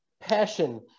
passion